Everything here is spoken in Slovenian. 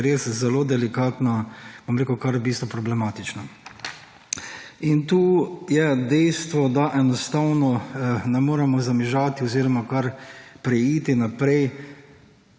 je res zelo delikatna, bom rekel kar, v bistvu problematična. In tu je dejstvo, da enostavno ne moremo zamižati oziroma kar preiti naprej.